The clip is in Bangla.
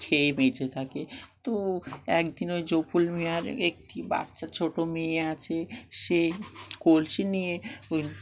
খেয়ে বেঁচে থাকে তো একদিন ওই গফুর মিয়াঁর একটি বাচ্চা ছোটো মেয়ে আছে সেই কলসি নিয়ে ওই